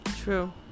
True